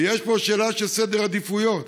ויש פה שאלה של סדר עדיפויות.